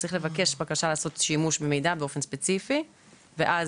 צריך לבקש בקשה לעשות שימוש במידע באופן ספציפי ואז